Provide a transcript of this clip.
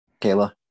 Kayla